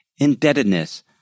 indebtedness